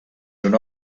una